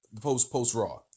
Post-Post-Raw